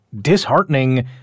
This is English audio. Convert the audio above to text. disheartening